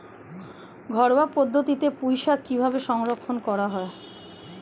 ঘরোয়া পদ্ধতিতে পুই শাক কিভাবে সংরক্ষণ করা হয়?